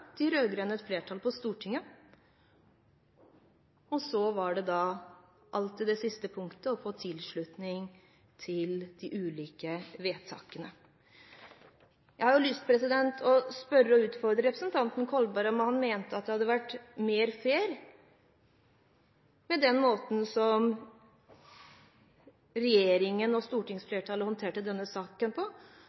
flertall på Stortinget. Så var det det siste punktet: å få tilslutning til de ulike vedtakene. Jeg har lyst til å spørre og utfordre representanten Kolberg: Mente han at det kunne vært mer fair enn med den måten regjeringen og stortingsflertallet håndterte denne saken på?